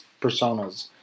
personas